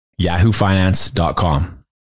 yahoofinance.com